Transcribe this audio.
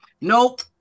Nope